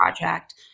project